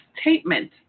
statement